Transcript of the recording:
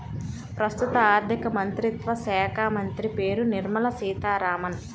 ప్రస్తుత ఆర్థికమంత్రిత్వ శాఖామంత్రి పేరు నిర్మల సీతారామన్